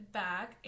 back